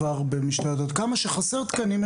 כמה שחסר תקנים,